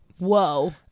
Whoa